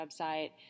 website